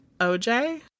OJ